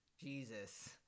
Jesus